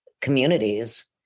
communities